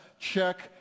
Check